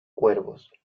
cuervos